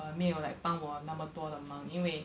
err 没有 like 帮我那么多的忙因为